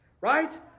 right